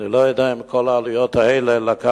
אני לא יודע אם בג"ץ הביא את כל העלויות האלה בחשבון,